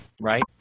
right